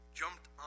jumped